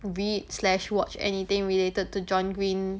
read slash watch anything related to john green